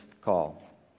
call